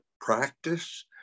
practice